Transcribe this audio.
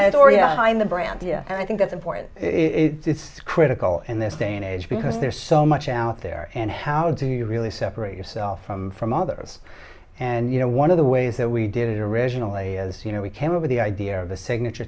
that or yeah fine the brand yeah and i think that's important it's critical in this day and age because there's so much out there and how do you really separate yourself from from others and you know one of the ways that we did it originally as you know we came up with the idea of the signature